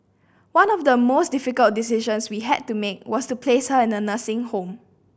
one of the most difficult decisions we had to make was to place her in a nursing home